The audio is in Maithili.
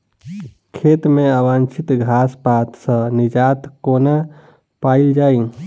खेत मे अवांछित घास पात सऽ निजात कोना पाइल जाइ?